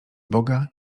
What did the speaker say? boga